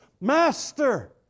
Master